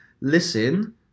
listen